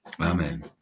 Amen